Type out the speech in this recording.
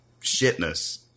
shitness